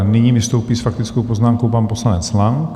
Nyní vystoupí s faktickou poznámkou pan poslanec Lang.